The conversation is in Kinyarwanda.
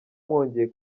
mwongeye